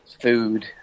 food